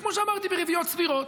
וכמו שאמרתי, בריביות סבירות.